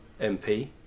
MP